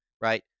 right